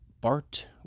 Bart